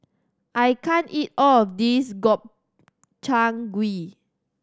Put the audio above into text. I can't eat all of this Gobchang Gui